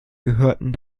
gehörten